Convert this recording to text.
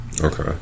Okay